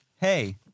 Hey